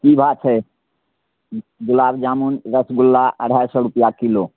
की भाओ छै गुलाब जामुन रसगुल्ला अढ़ाइ सए रुपैआ किलो